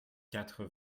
quatre